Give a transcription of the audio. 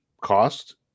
cost